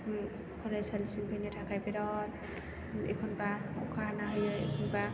फरायसालिसिम फैनो थाखाय बिराद एखम्बा अखा हाना होयो एखम्बा